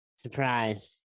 surprise